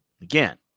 Again